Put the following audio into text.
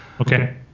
Okay